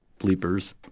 Bleepers